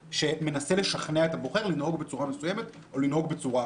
שמנסה לשכנע את הבוחר לנהוג בצורה מסוימת או אחרת,